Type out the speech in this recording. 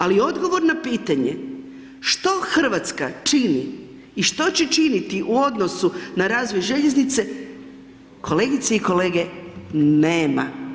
Ali odgovor na pitanje, što Hrvatska čini i što će činiti u odnosu na razvoj željeznice, kolegice i kolege, nema.